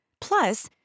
Plus